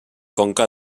conca